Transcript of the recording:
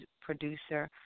producer